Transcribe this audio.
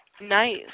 Nice